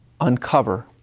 uncover